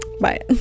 Bye